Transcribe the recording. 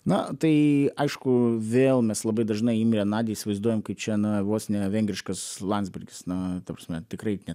na tai aišku vėl mes labai dažnai imrę nadį įsivaizduojam kaip čia na vos ne vengriškas landsbergis na ta prasme tikrai ne